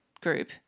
group